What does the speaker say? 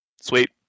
sweet